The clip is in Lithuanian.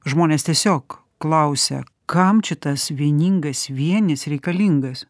žmonės tiesiog klausia kam čia tas vieningas vienis reikalingas